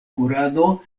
kurado